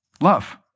Love